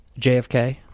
JFK